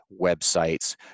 websites